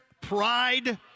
pride